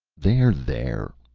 there! there!